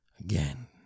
again